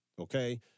okay